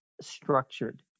structured